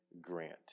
Grant